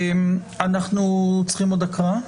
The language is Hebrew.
אנחנו צריכים עוד הראה?